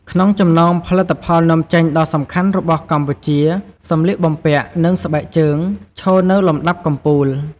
ក្នុងចំណោមផលិតផលនាំចេញដ៏សំខាន់របស់កម្ពុជា សម្លៀកបំពាក់ និងស្បែកជើង ឈរនៅលំដាប់កំពូល។